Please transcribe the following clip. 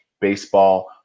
Baseball